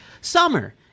Summer